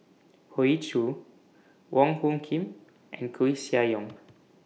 Hoey Choo Wong Hung Khim and Koeh Sia Yong